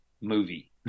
movie